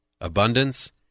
abundance